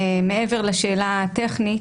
מעבר לשאלה הטכנית,